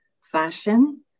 fashion